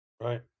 Right